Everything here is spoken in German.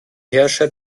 herrscher